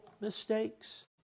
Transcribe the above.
mistakes